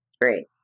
Great